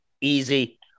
easy